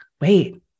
wait